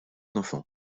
enfant